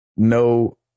No